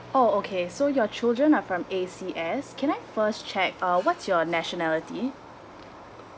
oh okay so your children are from A_C_S can I first check uh what's your nationality